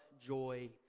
joy